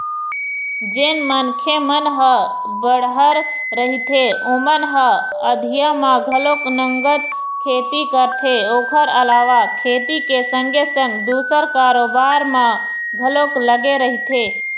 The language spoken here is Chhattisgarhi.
जेन मनखे मन ह बड़हर रहिथे ओमन ह अधिया म घलोक नंगत खेती करथे ओखर अलावा खेती के संगे संग दूसर कारोबार म घलोक लगे रहिथे